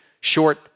short